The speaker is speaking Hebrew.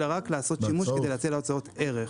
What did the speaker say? אלא רק לעשות שימוש כדי להציע לו הצעות ערך.